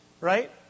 right